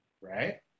right